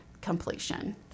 completion